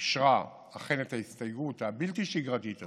אכן אישרה את ההסתייגות הבלתי-שגרתית הזאת,